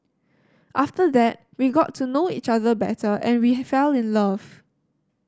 after that we got to know each other better and we have fell in love